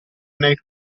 nel